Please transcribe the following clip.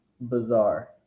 bizarre